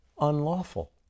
unlawful